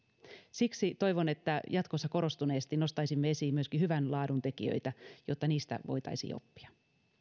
siksi toivon että jatkossa korostuneesti nostaisimme esiin myöskin hyvän laadun tekijöitä jotta niistä voitaisiin oppia